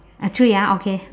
ah three ah okay